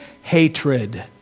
hatred